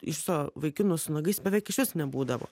iš viso vaikinų su nagais beveik išvis nebūdavo